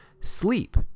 Sleep